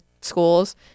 schools